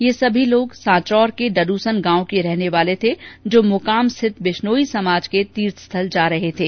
ये सभी लोग सांचौर के डड्सन गांव के रहने वाले थे जो मुकाम स्थित विश्नोई समाज के तीर्थ स्थल जा रहे थे